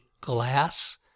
glass